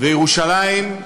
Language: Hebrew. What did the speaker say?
וירושלים,